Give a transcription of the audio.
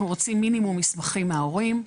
אנחנו רוצים מינימום מסמכים מההורים.